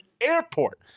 airport